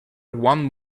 one